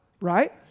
right